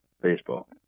baseball